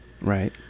Right